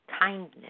kindness